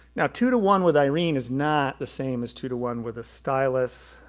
now two to one with irene is not the same as two to one with a stylus.